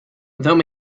though